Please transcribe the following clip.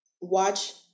watch